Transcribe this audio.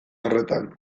horretan